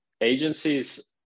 Agencies